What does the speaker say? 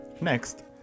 Next